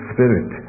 Spirit